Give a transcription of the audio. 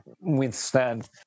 withstand